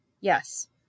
yes